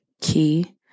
Key